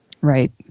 Right